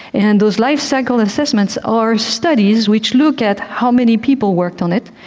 and those life-cycle assessments are studies which look at how many people worked on it,